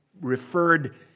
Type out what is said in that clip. referred